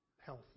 health